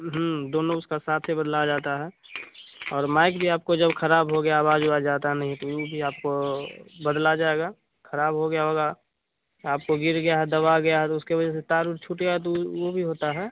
हम्म दोनों उसका साथ ही बदला जाता है और माइक भी आपको जब ख़राब हो गया अवाज़ उवाज़ आती नहीं तो वह भी आपको बदला जाएगा ख़राब हो गया होगा आपको गिर गया है दब गया तो उसकी वजह से तार उर छूट गया तो वह वह भी होता है